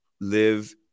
live